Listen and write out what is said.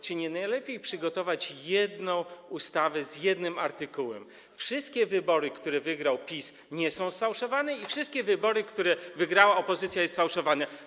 Czy nie lepiej byłoby przygotować jedną ustawę z jednym artykułem: Wszystkie wybory, które wygrał PiS, nie są sfałszowane, a wszystkie wybory, które wygrała opozycja, są sfałszowane?